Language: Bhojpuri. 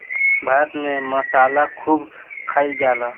भारत में मसाला खूब खाइल जाला